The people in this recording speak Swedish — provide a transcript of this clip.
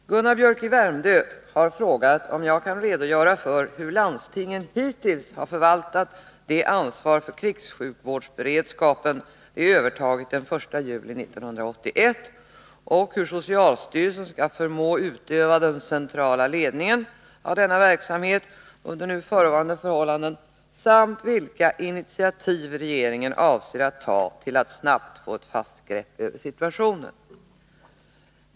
Herr talman! Gunnar Biörck i Värmdö har frågat om jag kan redogöra för hur landstingen hittills förvaltat det ansvar för krigssjukvårdsberedskapen de övertagit den 1 juli 1981 och hur socialstyrelsen skall förmå utöva den ”centrala ledningen” av denna verksamhet under nu förevarande förhållanden samt vilka initiativ regeringen avser att ta till för att snabbt få ett fast grepp över situationen.